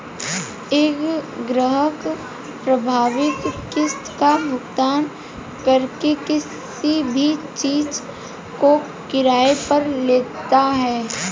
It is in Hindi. एक ग्राहक प्रारंभिक किस्त का भुगतान करके किसी भी चीज़ को किराये पर लेता है